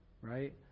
right